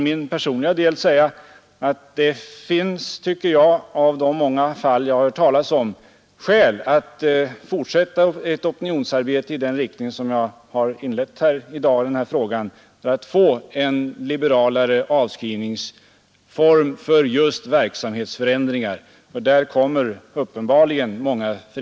Men med tanke på de fall jag har hört talas om tycker jag att det ändå finns skäl att fortsätta att arbeta för ändring av avskrivningsreglerna vid verksamhetsförändringar.